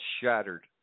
shattered